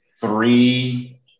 three